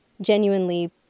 genuinely